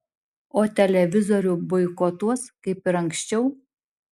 o televizorių boikotuos kaip ir anksčiau